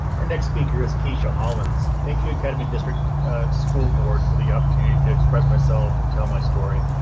our next speaker is kisha hollins. thank you academy district school board for the opportunity to express myself and tell my story.